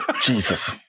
Jesus